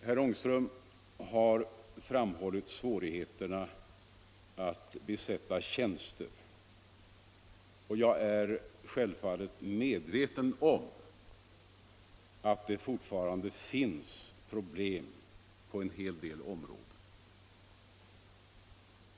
Herr Ångström har framhållit svårigheterna att besätta vissa tjänster, och jag är självfallet medveten om att det fortfarande finns problem på en hel del områden.